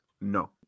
No